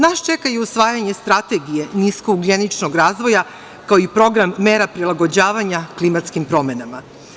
Nas čeka i usvajanje strategije nisko ugljeničkog razvoja, kao i program mera prilagođavanja klimatskim promenama.